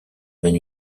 mène